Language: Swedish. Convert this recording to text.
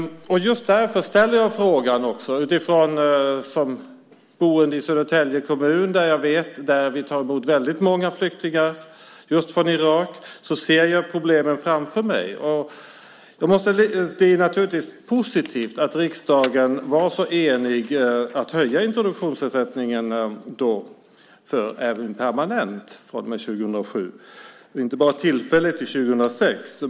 Just därför ställer jag frågan. Som boende i Södertälje kommun där vi tar emot väldigt många flyktingar från Irak ser jag problemen framför mig. Det är naturligtvis positivt att riksdagen var så enig om att höja introduktionsersättningen även permanent från och med 2007 och inte bara tillfälligt till 2006.